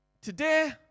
Today